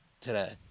today